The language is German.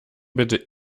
bitte